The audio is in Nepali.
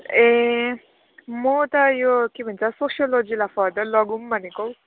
ए म त यो के भन्छ सोसियोलोजीलाई फर्दर लगौँ भनेकौ